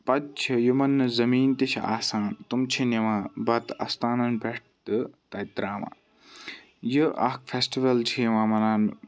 پَتہٕ چھِ یِمَن نہٕ زمیٖن تہِ چھُ آسان تِم چھِ نِوان بَتہٕ اَستانَن پٮ۪ٹھ تہٕ تَتہِ تراوان یہِ اَکھ فیٚسٹِول چھِ یِوان مَناونہٕ